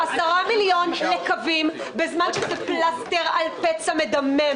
מדובר ב-10 מיליון שקלים שהם פלסטר על פצע מדמם.